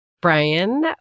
brian